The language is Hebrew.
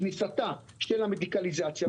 כניסתה של המדיקליזציה,